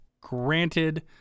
granted